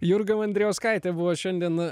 jurga mandrijauskaitė buvo šiandien a